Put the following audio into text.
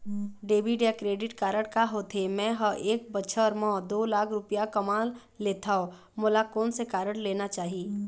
Debit या credit card का होथे, मे ह एक बछर म दो लाख रुपया कमा लेथव मोला कोन से कारड लेना चाही?